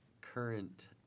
current